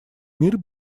мир